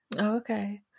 Okay